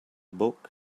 book